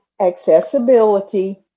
accessibility